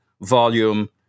volume